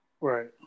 Right